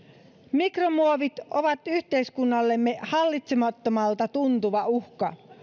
mikromuovit ovat yhteiskunnallemme hallitsemattomalta tuntuva uhka